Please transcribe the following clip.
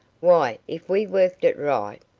why, if we worked it right,